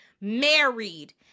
married